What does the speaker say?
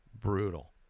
brutal